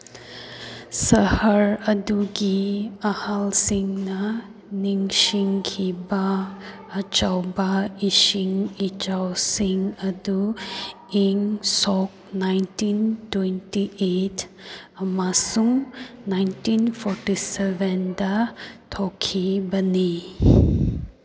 ꯁꯍꯔ ꯑꯗꯨꯒꯤ ꯑꯍꯜꯁꯤꯡꯅ ꯅꯤꯡꯁꯤꯡꯈꯤꯕ ꯑꯆꯧꯕ ꯏꯁꯤꯡ ꯏꯆꯥꯎꯁꯤꯡ ꯑꯗꯨ ꯏꯪ ꯁꯣꯛ ꯅꯥꯏꯟꯇꯤꯟ ꯇ꯭ꯋꯦꯟꯇꯤ ꯑꯩꯠ ꯑꯃꯁꯨꯡ ꯅꯥꯏꯟꯇꯤꯟ ꯐꯣꯔꯇꯤ ꯁꯚꯦꯟꯗ ꯊꯣꯛꯈꯤꯕꯅꯤ